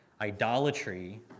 idolatry